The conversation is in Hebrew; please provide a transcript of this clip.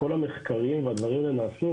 כל המחקרים והדברים נעשה,